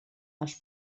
els